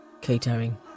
Catering